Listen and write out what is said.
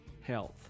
health